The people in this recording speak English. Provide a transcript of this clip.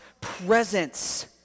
presence